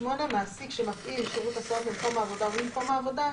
(8)מעסיק שמפעיל שירות הסעות למקום העבודה וממקום העבודה,